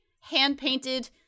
hand-painted